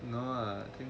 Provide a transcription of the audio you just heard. no ah I think